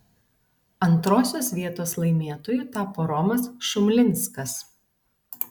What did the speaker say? antrosios vietos laimėtoju tapo romas šumlinskas